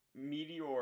meteor